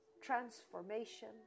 transformation